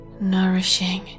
nourishing